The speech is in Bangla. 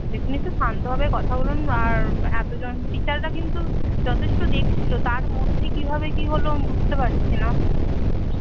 দেখুন একটু শান্তভাবে কথা বলুন আর এতজন টিচাররা কিন্তু যথেষ্ট দেখছিল তার মধ্যেই কীভাবে কী হল বুঝতে পারছি না